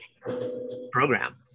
program